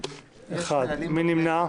אחד, מי נמנע?